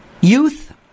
youth